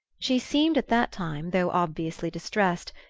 she seemed, at that time, though obviously distressed,